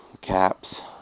Caps